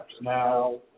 Now